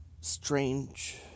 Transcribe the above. strange